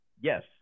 Yes